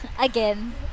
again